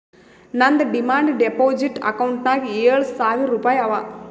ನಂದ್ demand deposit ಅಕೌಂಟ್ನಾಗ್ ಏಳ್ ಸಾವಿರ್ ರುಪಾಯಿ ಅವಾ